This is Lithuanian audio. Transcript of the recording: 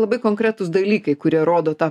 labai konkretūs dalykai kurie rodo tą